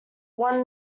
won